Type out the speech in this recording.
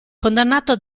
condannato